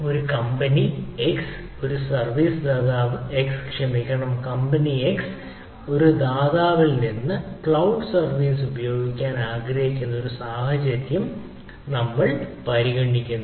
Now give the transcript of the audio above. ഒരു company x ഒരു service ദാതാവ് x ക്ഷമിക്കണം ഒരു കമ്പനി x ഒരു ദാതാവ്ൽ നിന്ന് ക്ലൌഡ് സർവീസ് ഉപയോഗിക്കാൻ ആഗ്രഹിക്കുന്ന ഒരു സാഹചര്യം നമ്മൾ പരിഗണിക്കുന്നു